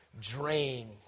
drain